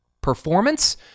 performance